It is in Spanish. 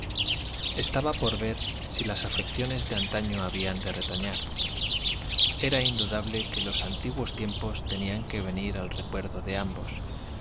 estaba por ver si las afecciones de antaño habían de retoñar era indudable que los antiguos tiempos tenían que venir al recuerdo de ambos